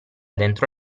dentro